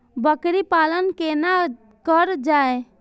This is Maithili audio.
बकरी पालन केना कर जाय?